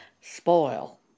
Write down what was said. spoil